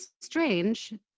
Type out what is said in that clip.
strange